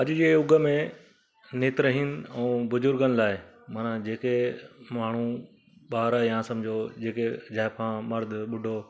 अॼु जे युग में नेत्रहिन ऐं बुजुर्गनि लाइ मां जेके माण्हू ॿार या सम्झो जेके ज़ाइफा मर्द बुढो